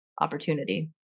opportunity